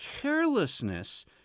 carelessness